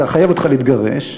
לחייב אותך להתגרש,